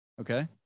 okay